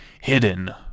hidden